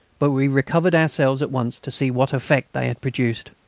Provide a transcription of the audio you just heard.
but we recovered ourselves at once to see what effect they had produced.